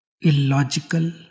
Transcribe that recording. illogical